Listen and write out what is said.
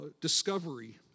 discovery